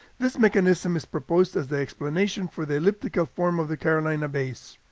this mechanism is proposed as the explanation for the elliptical form of the carolina bays.